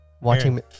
Watching